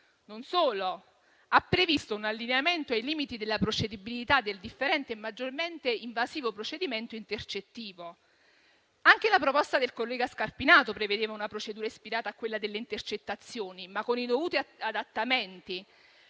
non solo, ha previsto un allineamento ai limiti della procedibilità del differente e maggiormente invasivo procedimento intercettivo. Anche la proposta del collega Scarpinato prevedeva una procedura ispirata a quella delle intercettazioni, ma con i dovuti adattamenti.